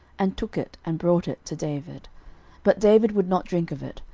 and took it, and brought it to david but david would not drink of it,